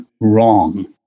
wrong